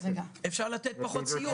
אפשר לתת פחות סיוע.